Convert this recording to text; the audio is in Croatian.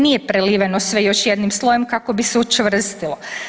Nije preliveno sve još jednim slojem kako bi se učvrstilo.